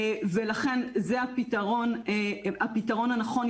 ולכן זה הפתרון הנכון.